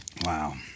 Wow